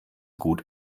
gut